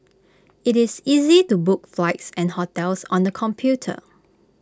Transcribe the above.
IT is easy to book flights and hotels on the computer